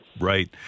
Right